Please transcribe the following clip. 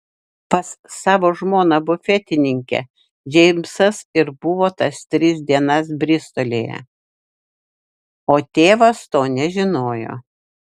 pas savo žmoną bufetininkę džeimsas ir buvo tas tris dienas bristolyje o tėvas to nežinojo